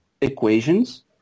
equations